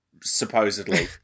supposedly